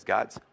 God's